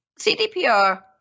cdpr